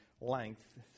length